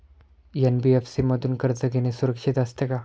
NBFC मधून कर्ज घेणे सुरक्षित असते का?